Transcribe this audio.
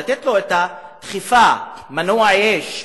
לתת לו את הדחיפה: מנוע יש,